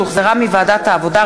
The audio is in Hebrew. שהוחזרה מוועדת העבודה,